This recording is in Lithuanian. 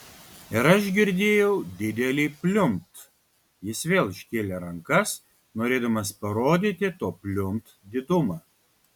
ir aš girdėjau didelį pliumpt jis vėl iškėlė rankas norėdamas parodyti to pliumpt didumą